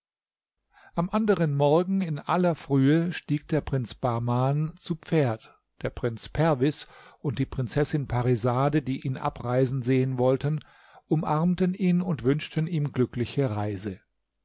am anderen morgen in aller frühe stieg der prinz bahman zu pferd der prinz perwis und die prinzessin parisade die ihn abreisen sehen wollten umarmten ihn und wünschten ihm glückliche reise